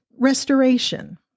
Restoration